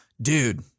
dude